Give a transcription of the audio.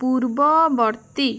ପୂର୍ବବର୍ତ୍ତୀ